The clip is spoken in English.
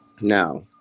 Now